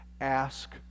ask